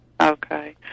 okay